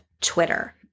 Twitter